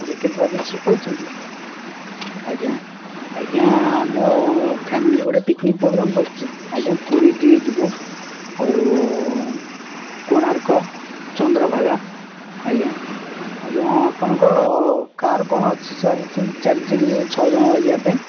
ଜକେ ଟ୍ରାଭେଲସ୍ରୁ କହୁଛନ୍ତି ଆଜ୍ଞା ଆଜ୍ଞା ଆମ ଫ୍ୟାମିଲି ଗୋଟେ ପିକନିକ୍ ପୋଗ୍ରାମ୍ କରିଛୁ ଆଜ୍ଞା ପୁରୀ ଟିକେ ଯିବୁ ଆଉ କୋଣାର୍କ ଚନ୍ଦ୍ରଭାଗା ଆଜ୍ଞା ଆଜ୍ଞା ଆପଣଙ୍କ କାର୍ କ'ଣ ଅଛି ସାର୍ ଚାରି ଜଣ ଛଅ ଜଣ ଯିବା ପାଇଁ